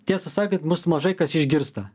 tiesą sakant mus mažai kas išgirsta